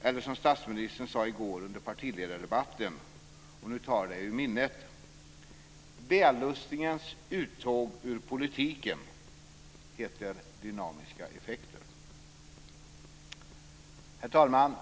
Eller som statsministern sade i går under partiledardebatten, och nu tar jag det ur minnet: Vällustingens uttåg ur politiken heter dynamiska effekter. Herr talman!